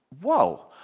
whoa